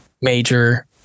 Major